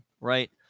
right